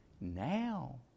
Now